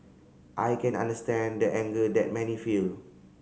I can understand the anger that many feel